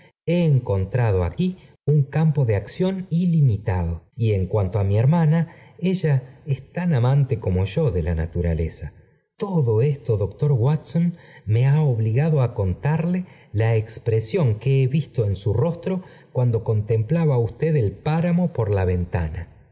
ho encontrado v aquí un campo de acción ilimitado y en cuanta v a mi hermana ella es tan amante como yo de la naturaleza todo esto doctor watson me ha obligado á contarle la expresión que he visto en su rostro cuando contemplaba usted el páramo por la ventana